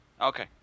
Okay